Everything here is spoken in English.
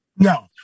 No